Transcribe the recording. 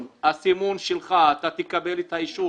אתה תקבל את האישור,